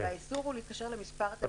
והאיסור הוא להתקשר למספר הטלפון.